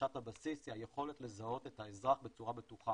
דרישת הבסיס היא היכולת לזהות את האזרח בצורה בטוחה.